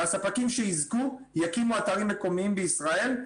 והספקים שיזכו יקימו אתרים מקומיים בישראל.